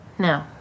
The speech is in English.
No